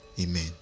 amen